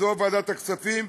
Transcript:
וזו ועדת הכספים,